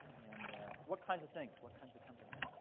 and what kinds of things? what kinds of companies?